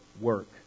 work